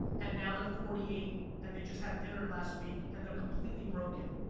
and now they're forty eight and they just had dinner last week and they're completely broken.